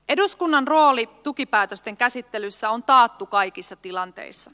eduskunnan rooli tukipäätösten käsittelyssä on taattu kaikissa tilanteissa